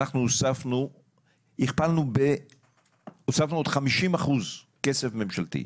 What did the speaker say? אנחנו הוספנו עוד 50% כסף ממשלתי,